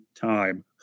time